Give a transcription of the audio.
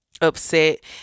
upset